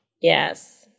Yes